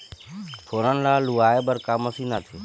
फोरन ला लुआय बर का मशीन आथे?